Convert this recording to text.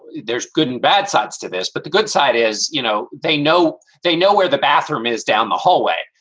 there's good and bad sides to this. but the good side is, you know, they know they know where the bathroom is down the hallway.